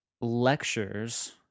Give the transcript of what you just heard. lectures